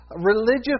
religious